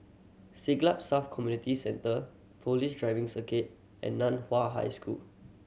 Siglap South Community Centre Police Driving Circuit and Nan Hua High School